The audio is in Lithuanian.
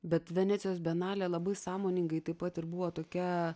bet venecijos bienalė labai sąmoningai taip pat ir buvo tokia